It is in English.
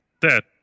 Dead